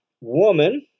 woman